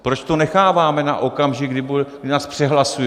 Proč to necháváme na okamžik, kdy nás přehlasují?